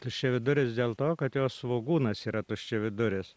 tuščiaviduris dėl to kad jo svogūnas yra tuščiaviduris